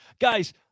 guys